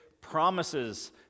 promises